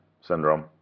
syndrome